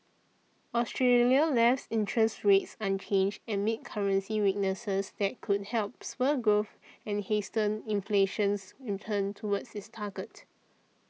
Australia left interest rates unchanged amid currency weaknesses that could help spur growth and hasten inflation's return toward its target